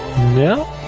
No